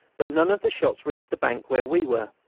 but none of the shots reached the bank where we were.